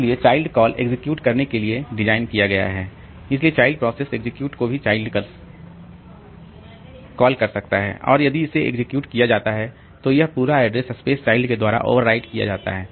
इसलिए child call execute करने के लिए डिज़ाइन किया गया है इसलिए चाइल्ड प्रोसेस एक्ज़ीक्यूट को भी कॉल कर सकता है और यदि इसे एक्ज़ीक्यूट किया जाता है तो यह पूरा एड्रेस स्पेस चाइल्ड के द्वारा ओवर राइट किया जाता है